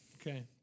Okay